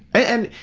and,